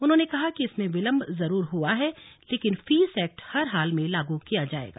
उन्होंने कहा कि इसमें विलंब जरूर हुआ है लेकिन फीस एक्ट हर हाल में लागू किया जाएगा